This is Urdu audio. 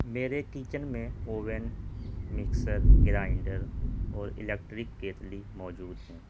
میرے کچن میں اوون مکسر گرائنڈر اور الیکٹرک کیتلی موجود ہیں